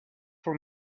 for